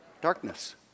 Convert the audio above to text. Darkness